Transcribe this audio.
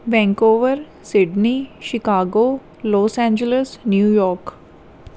Vancouver Sydney Chicago Los Angeles New York